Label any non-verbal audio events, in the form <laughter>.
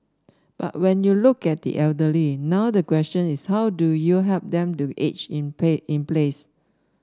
but when you look at the elderly now the question is how do you help them to age in <unintelligible> in place